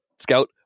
Scout